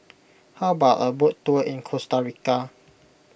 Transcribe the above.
how about a boat tour in Costa Rica